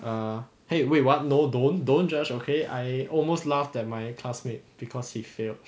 err !hey! wait what no don't don't judge okay I almost laughed at my classmate because he failed